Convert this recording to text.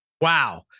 Wow